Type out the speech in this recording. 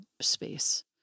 space